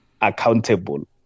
accountable